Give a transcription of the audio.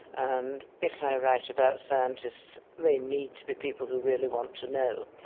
and if i write about scientists they need to be people who really want to know.